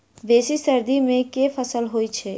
बेसी सर्दी मे केँ फसल होइ छै?